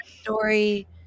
story